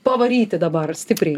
pavaryti dabar stipriai